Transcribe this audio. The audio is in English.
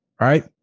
Right